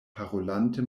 parolante